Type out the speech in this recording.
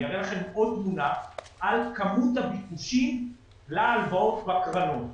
אני אראה לכם עוד תמונה על כמות הביקושים להלוואות בקרנות.